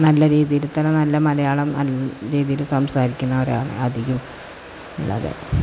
നല്ല രീതിയിൽ തന്നെ നല്ല മലയാളം നല്ല രീതിയിൽ സംസാരിക്കുന്നവരാണ് അധികം ഉള്ളത്